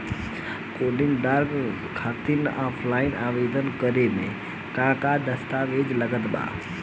Credit card खातिर offline आवेदन करे म का का दस्तवेज लागत बा?